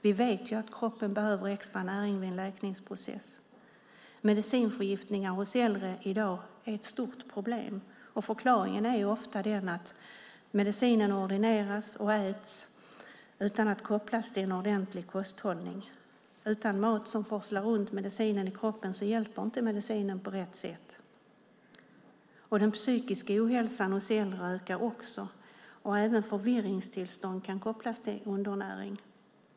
Vi vet att kroppen behöver extra näring vid en läkningsprocess. Medicinförgiftningar hos äldre är ett stort problem i dag. Förklaringen är ofta att medicinen ordineras och äts utan att kopplas till en ordentlig kosthållning. Utan mat som forslar runt medicinen i kroppen hjälper inte medicinen på rätt sätt. Den psykiska ohälsan hos äldre ökar också, och även förvirringstillstånd kan kopplas till undernäring.